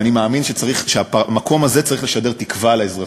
ואני מאמין שהמקום הזה צריך לשדר תקווה לאזרחים,